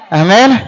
amen